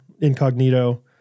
incognito